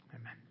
Amen